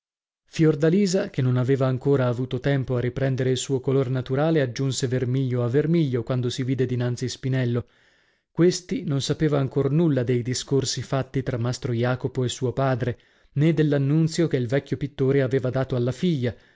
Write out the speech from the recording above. scale fiordalisa che non aveva ancor avuto tempo a riprendere il suo color naturale aggiunse vermiglio a vermiglio quando si vide dinanzi spinello questi non sapeva ancor nulla dei discorsi fatti tra mastro jacopo e suo padre né dell'annunzio che il vecchio pittore aveva dato alla figlia